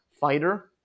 fighter